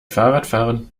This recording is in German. fahrradfahren